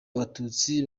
abatutsi